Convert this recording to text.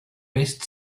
best